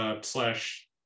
slash